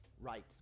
right